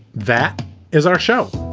that is our show.